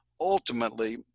Ultimately